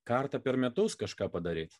kartą per metus kažką padaryt